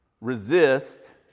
resist